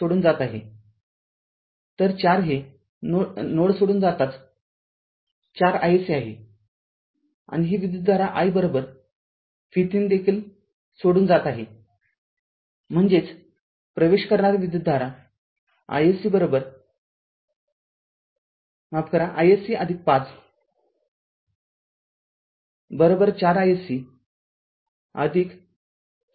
तर४ हे नोड सोडून जाताना ४ iSC आहे आणि ही विद्युतधारा i v३ देखील सोडून जात आहे म्हणजेच प्रवेश करणारी विद्युतधारा iSC ५४ iSC